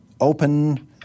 open